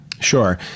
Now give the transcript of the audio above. Sure